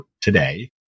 today